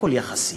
הכול יחסי.